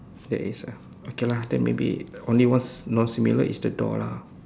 there is ah okay lah then maybe only one non similar is the door lah